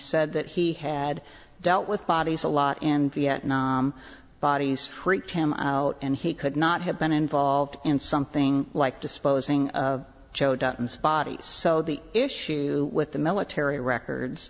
said that he had dealt with bodies a lot and vietnam bodies freaked him out and he could not have been involved in something like disposing of cho dutton's bodies so the issue with the military records